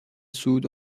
صعود